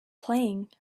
playing